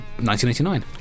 1989